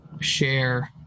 share